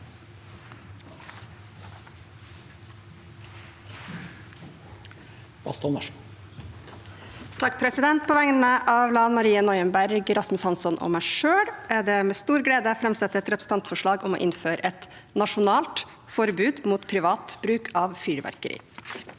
(MDG) På vegne av Lan Marie Nguyen Berg, Rasmus Hansson og meg selv er det med stor glede jeg framsetter et representantforslag om å innføre et nasjonalt forbud mot privat bruk av fyrverkeri.